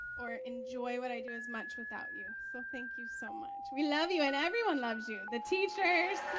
or enjoy what i do as much without you so thank you so much. we love you and everyone loves you the teachers